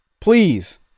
please